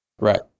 Right